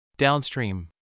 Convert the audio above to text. Downstream